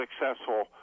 successful